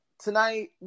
Tonight